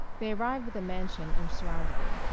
they arrive at the mansion and surrounded it.